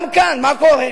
גם כאן, מה קורה?